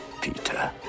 Peter